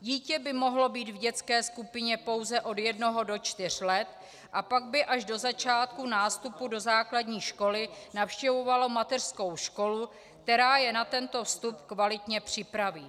Dítě by mohlo být v dětské skupině pouze od jednoho do čtyř let a pak by až do začátku nástupu do základní školy navštěvovalo mateřskou školu, která je na tento vstup kvalitně připraví.